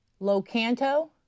Locanto